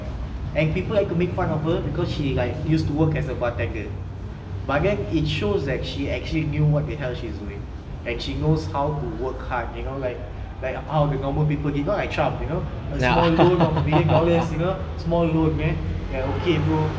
and people like to make fun of her because she like used to work as a bartender but then it shows that she knew what the hell she's doing and she knows how to work hard you know like like how the normal people did not like trump you know small loan of a million dollars small loan eh like okay bro